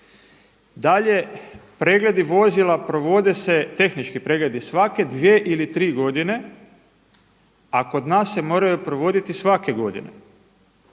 Dalje, pregledi vozila provode se, tehnički pregledi svake dvije ili tri godine, a kod nas se moraju provoditi svake godine.